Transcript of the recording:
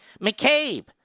McCabe